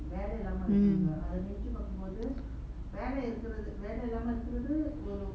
mm